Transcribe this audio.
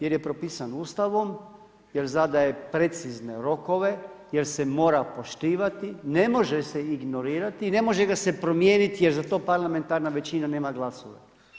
Jer je propisan Ustavom, jer zadaje precizne rokove, jer se mora poštivati, ne može se ignorirati i ne može ga se promijeniti jer za to parlamentarna većina nema glasove.